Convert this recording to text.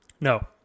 No